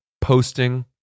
posting